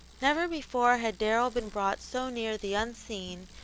never before had darrell been brought so near the unseen,